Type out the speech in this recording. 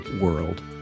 world